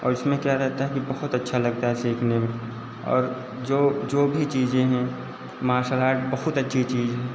और इसमें क्या रहता है कि बहुत अच्छा लगता है सीखने में और जो जो भी चीज़ें हैं मार्सल आर्ट बहुत अच्छी चीज़ हैं